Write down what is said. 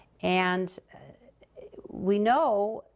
and we know,